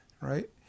right